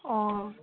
অ